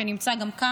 שגם נמצא כאן,